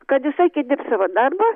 kad įsakė dirbt savo darbą